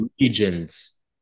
regions